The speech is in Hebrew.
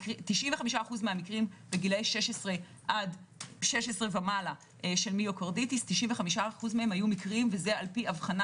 95% מהמקרים בגילאי 16 ומעלה של מיוקרדיטיס היו מקרים לפי אבחנה